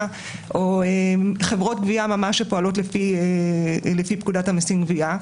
או חברות גבייה שפועלות לפי פקודת המיסים (גבייה).